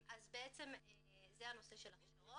אז בעצם זה הנושא של ההכשרות.